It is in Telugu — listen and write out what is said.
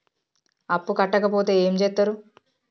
అప్పు కట్టకపోతే ఏమి చేత్తరు?